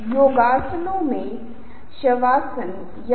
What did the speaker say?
ध्वनियों को बहुत विशिष्ट न बनाएं